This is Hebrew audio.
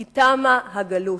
כי תמה הגלות.